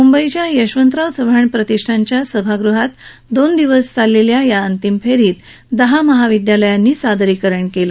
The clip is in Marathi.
मुंबईतल्या यशवंतराव चव्हाण प्रतिष्ठानच्या नाट्यग़हात दोन दिवस चाललेल्या अंतिमफेरीत दहा महाविद्यालयांनी सादरीकरण केलं